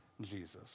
Jesus